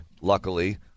luckily